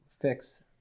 fix